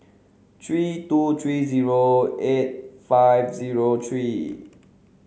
three two three zero eight five zero three